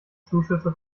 zuschüsse